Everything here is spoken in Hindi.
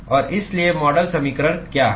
और इसलिए मॉडल समीकरण क्या है